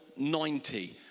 90